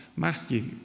Matthew